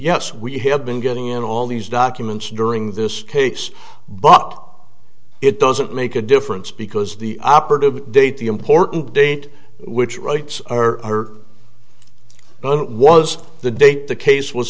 yes we have been getting in all these documents during this case but it doesn't make a difference because the operative date the important date which rights are but it was the date the case was